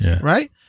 right